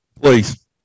Please